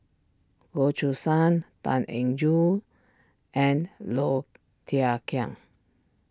Goh Choo San Tan Eng Yoon and Low Thia Khiang